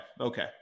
Okay